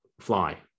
fly